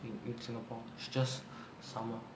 in in singapore it's just summer